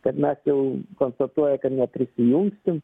kad mes jau konstatuoja kad neprisijungsim